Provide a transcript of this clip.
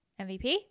mvp